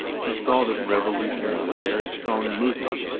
he saw that revolution was a very strong movement,